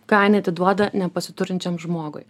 ką jinai atiduoda nepasiturinčiam žmogui